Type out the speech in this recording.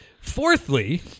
Fourthly